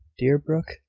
deerbrook,